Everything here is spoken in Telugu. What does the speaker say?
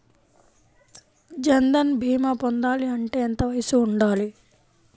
జన్ధన్ భీమా పొందాలి అంటే ఎంత వయసు ఉండాలి?